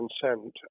consent